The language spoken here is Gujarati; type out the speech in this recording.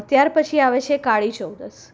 ત્યાર પછી આવે છે કાળીચૌદસ